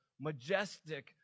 majestic